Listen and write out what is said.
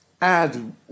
add